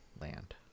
land